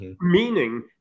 meaning